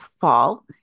fall